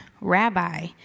Rabbi